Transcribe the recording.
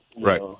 Right